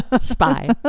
spy